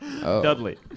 Dudley